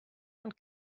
und